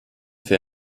für